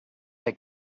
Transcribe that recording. take